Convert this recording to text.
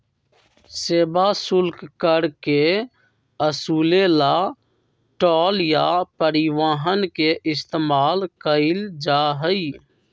सेवा शुल्क कर के वसूले ला टोल या परिवहन के इस्तेमाल कइल जाहई